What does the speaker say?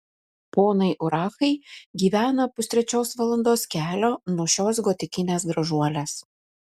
ponai urachai gyvena pustrečios valandos kelio nuo šios gotikinės gražuolės